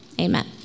Amen